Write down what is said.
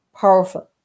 powerful